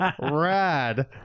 rad